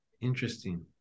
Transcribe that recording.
interesting